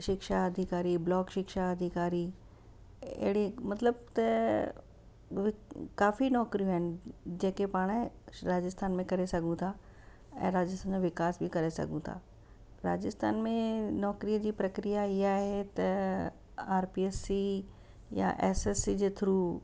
शिक्षा अधिकारी ब्लॉक शिक्षा अधिकारी अहिड़े मतिलब त काफ़ी नौकरियूं आहिनि जेके पाण राजस्थान में करे सघूं था ऐं राजस्थान में विकास बि करे सघूं था राजस्थान में नौकरीअ जी प्रक्रिया ईअं आहे त आर पी एस सी या एस एस जी जे थ्रू